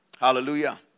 Hallelujah